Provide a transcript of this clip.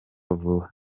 vuba